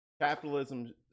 capitalism